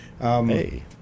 Hey